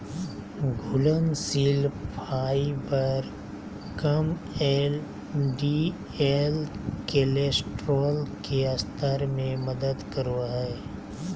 घुलनशील फाइबर कम LDL cholesterol के स्तर में मदद करो हइ